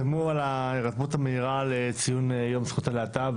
על ההירתמות המהירה לציון יום זכויות הלהט"ב